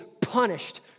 punished